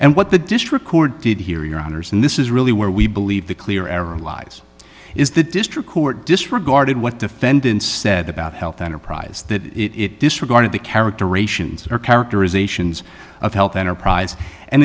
and what the district court did hear your honour's and this is really where we believe the clear error lies is the district court disregarded what defendants said about health enterprise that it disregarded the characterizations that are characterizations of health enterprise and